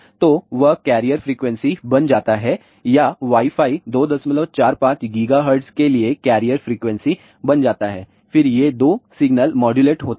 तो वह carrier frequency बन जाता है या वाई फाई 245 गीगाहर्ट्ज के लिए कैरियर फ्रीक्वेंसी बन जाता है फिर ये 2 सिग्नल माड्यूलेट होते हैं